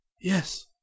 Yes